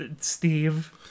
Steve